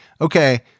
okay